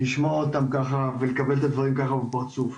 לשמוע אותם ככה ולקבל את הדברים ככה לפרצוף.